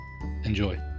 Enjoy